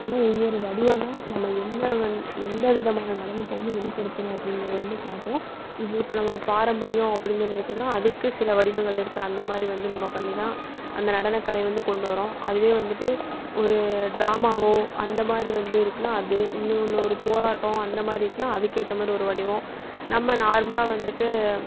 ஏன்னால் ஒவ்வொரு வடிவம் தான் நம்ம என்ன வந்து எந்த விதமான நடனத்தை வந்து வெளிப்படுத்துகிறோம் அப்படிங்கிறத வந்து காட்டும் இது இப்போ நம்ம பாரம்பரியம் அப்படின்னு சொல்லி எடுத்தோம்னால் அதுக்கு சில வடிவங்கள் இருக்குது அந்த மாதிரி வந்து நம்ம பண்ணி தான் அந்த நடனக்கலை வந்து கொண்டு வரோம் அதுவே வந்துட்டு ஒரு டிராமாவோ அந்த மாதிரி வந்து இருக்குனால் அது இன்னு ஒன்று அது போராட்டம் அந்த மாதிரி இருக்குனால் அதுக்கேற்ற மாதிரி ஒரு வடிவம் நம்ம நார்மலாக வந்துட்டு